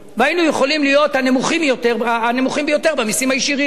והיינו יכולים להיות הנמוכים יותר במסים הישירים.